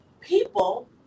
people